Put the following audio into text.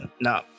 No